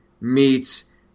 meets